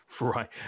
Right